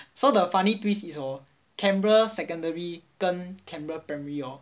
so the funny twist is hor canberra secondary 跟 canberra primary hor